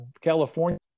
California